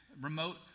remote